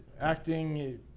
acting